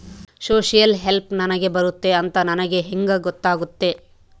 Social help ನನಗೆ ಬರುತ್ತೆ ಅಂತ ನನಗೆ ಹೆಂಗ ಗೊತ್ತಾಗುತ್ತೆ?